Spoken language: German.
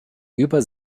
über